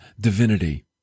divinity